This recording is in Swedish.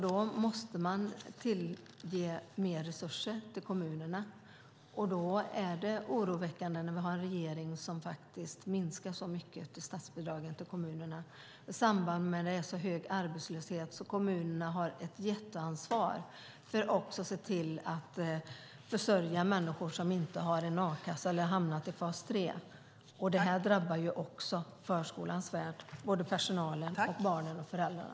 Då måste man tillföra mer resurser till kommunerna. Det är oroväckande att vi har en regering som faktiskt minskar statsbidragen till kommunerna så mycket i samband med att det är hög arbetslöshet och kommunerna har ett jätteansvar för att se till att försörja människor som inte har a-kassa eller har hamnat i fas 3. Detta drabbar också förskolans värld - såväl personalen och barnen som föräldrarna.